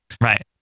Right